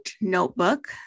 notebook